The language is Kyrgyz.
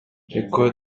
экөө